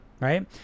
right